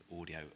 audio